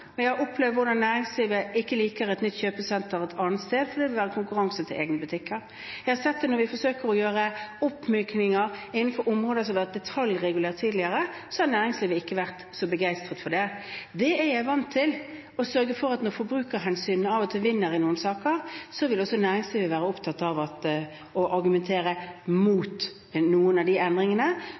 jeg har opplevd hvordan næringslivet ikke liker et nytt kjøpesenter et annet sted fordi det innebærer konkurranse med egne butikker. Jeg har sett at når vi har forsøkt å gjøre oppmykninger innenfor områder som har vært detaljregulert tidligere, så har næringslivet ikke vært så begeistret for det. Det er jeg vant til. Når en sørger for at forbrukerhensyn av og til vinner i noen saker, så vil næringslivet være opptatt av å argumentere mot noen av de endringene.